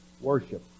worship